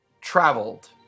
traveled